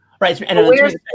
Right